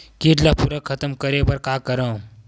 कीट ला पूरा खतम करे बर का करवं?